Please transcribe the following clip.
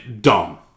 Dumb